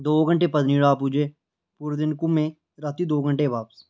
दौ घैंटे पत्नीटॉप पुज्जे घुम्मे दो घैंटे ई बापस